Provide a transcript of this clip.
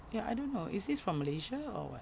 ya I don't know is this from Malaysia or what